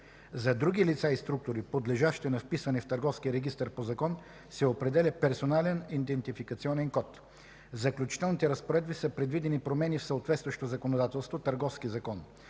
За други лица и структури, подлежащи на вписване в търговския регистър по закон, се определя персонален идентификационен код. В Заключителните разпоредби са предвидени промени в съпътстващото законодателство –